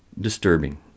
Disturbing